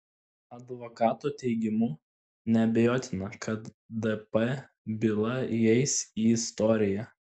advokato teigimu neabejotina kad dp byla įeis į istoriją